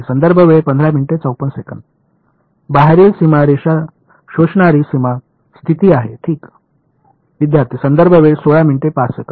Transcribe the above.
बाहेरील सीमा शोषणारी सीमा स्थिती आहे ठीक